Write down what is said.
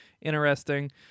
interesting